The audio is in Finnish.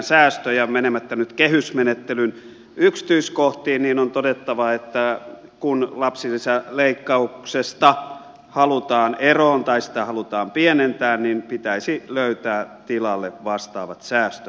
ja menemättä nyt kehysmenettelyn yksityiskohtiin on todettava että kun lapsilisäleikkauksesta halutaan eroon tai sitä halutaan pienentää niin pitäisi löytää tilalle vastaavat säästöt